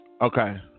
Okay